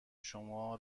شما